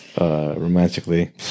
romantically